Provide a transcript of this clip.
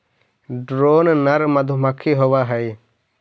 drone नर मधुमक्खी होवअ हई